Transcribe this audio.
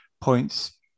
points